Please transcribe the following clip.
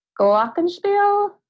Glockenspiel